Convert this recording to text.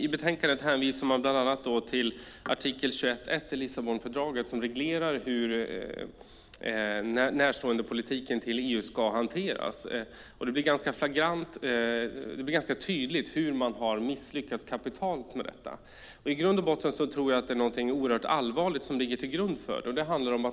I utlåtandet hänvisar man bland annat till artikel 21:1 i Lissabonfördraget, som reglerar hur EU:s grannskapspolitik ska hanteras. Det blir ganska tydligt hur man kapitalt har misslyckats med detta. Jag tror att det är något mycket allvarligt som ligger till grund för det.